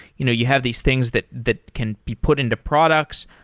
you know you have these things that that can be put into products.